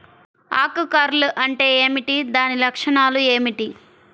ఆకు కర్ల్ అంటే ఏమిటి? దాని లక్షణాలు ఏమిటి?